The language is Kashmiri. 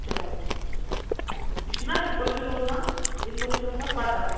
چلو چلو ٹھیٖک چھُ یہِ چھُ نا یتھ پٲٹھۍ چھِ روزان یتھ پٲٹھۍ چھِ روزان پتَہ